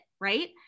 right